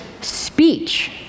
speech